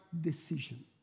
decision